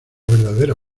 verdadera